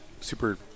Super